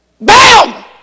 bam